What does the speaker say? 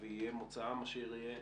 יהיה מוצאם אשר יהיה,